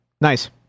Nice